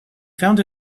found